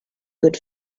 good